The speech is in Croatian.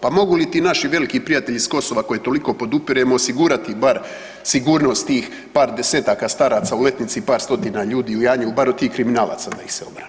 Pa mogu li ti naši veliki prijatelji s Kosova koje toliko podupiremo osigurati bar sigurnost tih par desetaka staraca u Letnici i par stotina ljudi u Janjevu bar od tih kriminalaca da ih se obrani?